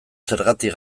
zergatik